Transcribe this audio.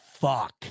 fuck